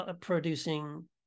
producing